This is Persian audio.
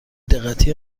دقتی